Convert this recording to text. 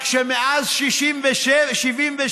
רק שמאז 1977,